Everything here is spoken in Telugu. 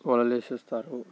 వలలు వేసేస్తారు